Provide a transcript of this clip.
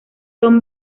son